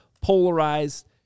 polarized